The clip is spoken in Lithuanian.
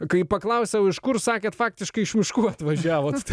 kai paklausiau iš kur sakėt faktiškai iš miškų atvažiavot